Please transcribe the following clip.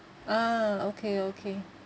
ah okay okay